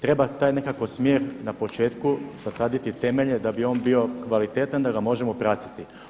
Treba taj nekako smjer na početku zasaditi temelje da bi on bio kvalitetan, da ga možemo pratiti.